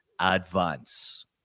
ADVANCE